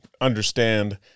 understand